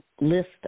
list